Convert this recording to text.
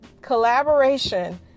collaboration